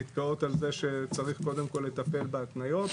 נתקעות על זה שצריך קודם כל לטפל בהתניות,